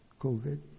COVID